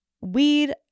weed